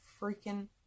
freaking